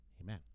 Amen